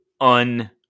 un